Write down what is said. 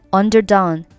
underdone